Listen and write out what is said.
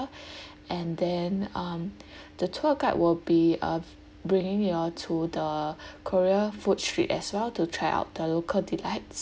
and then um the tour guide will be uh bringing you all to the korea food street as well to try out the local delights